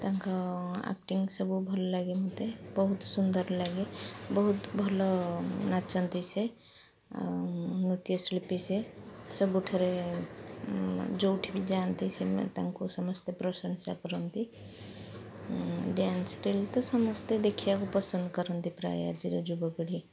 ତାଙ୍କ ଆକ୍ଟିଙ୍ଗ ସବୁ ଭଲ ଲାଗେ ମୋତେ ବହୁତ ସୁନ୍ଦର ଲାଗେ ବହୁତ ଭଲ ନାଚନ୍ତି ସେ ଆଉ ନୃତ୍ୟ ଶିଳ୍ପୀ ସେ ସବୁଠାରେ ଯେଉଁଠି ବି ଯାଆନ୍ତି ସେମାନେ ତାଙ୍କୁ ସମସ୍ତେ ପ୍ରଶଂସା କରନ୍ତି ଡ୍ୟାନ୍ସ ରିଲ୍ସ ତ ସମସ୍ତେ ଦେଖିବାକୁ ପସନ୍ଦ କରନ୍ତି ପ୍ରାୟ ଆଜିର ଯୁବପିଢ଼ି